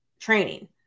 training